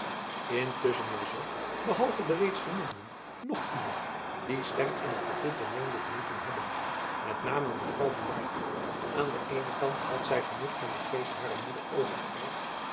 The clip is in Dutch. intusschen was er behalve de reeds genoemden nog iemand die stem in t kapittel meende te moeten hebben met name mevrouw buat aan den eenen kant had zy genoeg van den geest harer moeder